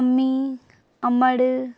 अमी अमड़